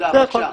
זה הכול.